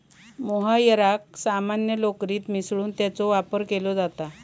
मोहायराक सामान्य लोकरीत मिसळून त्याचो वापर केलो जाता